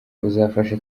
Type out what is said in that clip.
buzafasha